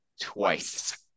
twice